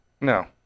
No